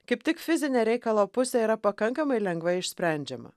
kaip tik fizinė reikalo pusė yra pakankamai lengvai išsprendžiama